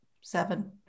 seven